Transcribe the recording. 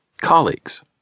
colleagues